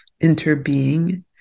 interbeing